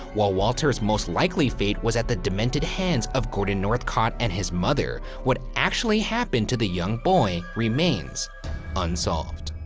while walter's most likely fate was at the demented hands of gordon northcott and his mother, what actually happened to the young boy remains unsolved.